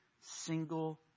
single